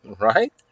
right